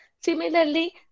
Similarly